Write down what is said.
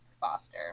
foster